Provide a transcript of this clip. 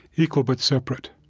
equal but separate,